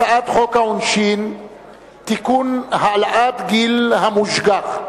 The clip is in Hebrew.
הצעת חוק העונשין (תיקון, העלאת גיל המושגח),